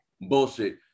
bullshit